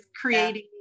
creating